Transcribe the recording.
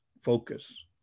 focus